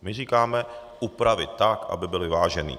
My říkáme upravit tak, aby byl vyvážený.